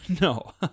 No